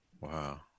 Wow